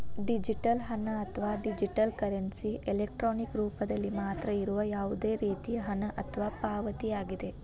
digital ಹಣ, ಅಥವಾ digital currency, electronic ರೂಪದಲ್ಲಿ ಮಾತ್ರ ಇರುವ ಯಾವುದೇ ರೇತಿಯ ಹಣ ಅಥವಾ ಪಾವತಿಯಾಗಿದೆ